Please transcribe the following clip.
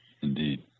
Indeed